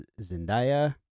Zendaya